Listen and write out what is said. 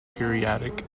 periodic